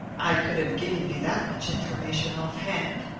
i could have given you that much information off-hand.